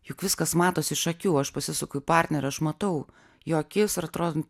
juk viskas matos iš akių aš pasisuku į partnerį aš matau jo akis ir atrodo